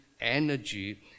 energy